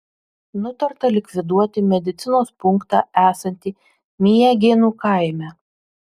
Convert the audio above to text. nutarta likviduoti medicinos punktą esantį miegėnų kaime